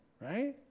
right